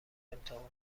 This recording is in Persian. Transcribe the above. امتحان